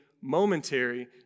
momentary